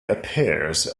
appears